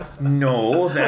No